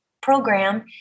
Program